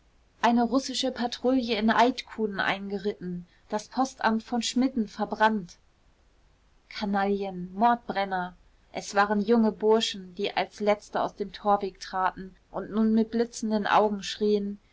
eine russische patrouille in eydtkuhnen eingeritten das postamt von schmidden verbrannt kanaillen mordbrenner es waren junge burschen die als letzte aus dem torweg traten und nun mit blitzenden augen schrien